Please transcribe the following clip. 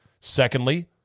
Secondly